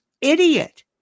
idiot